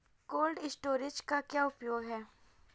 Cold storage का क्या उपयोग है?